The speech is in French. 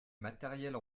matériels